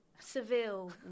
Seville